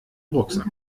rucksack